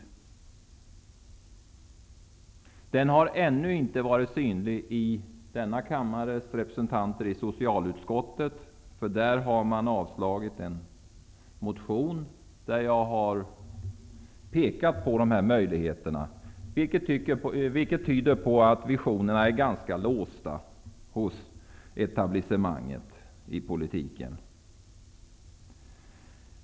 Någon sådan har ännu inte varit synlig hos denna kammares representanter i socialutskottet. Man har där avstyrkt en motion i vilken jag har pekat på dessa möjligheter. Det tyder på att visionerna är ganska låsta hos etablissemanget i politiken.